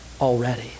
already